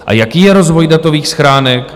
A jaký je rozvoj datových schránek?